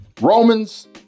Romans